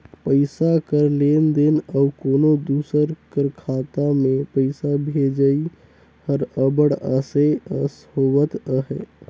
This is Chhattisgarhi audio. पइसा कर लेन देन अउ कोनो दूसर कर खाता में पइसा भेजई हर अब्बड़ असे अस होवत अहे